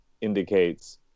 indicates